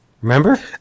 Remember